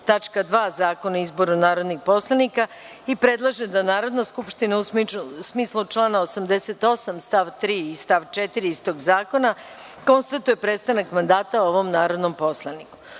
tačka 2. Zakona o izboru narodnih poslanika i predlaže da Narodna skupština, u smislu člana 88. stav 3. i stav 4. istog zakona, konstatuje prestanak mandata ovom narodnom poslaniku.U